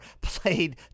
played